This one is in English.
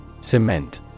Cement